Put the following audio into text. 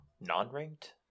non-ranked